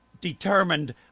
determined